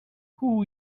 who